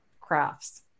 crafts